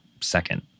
second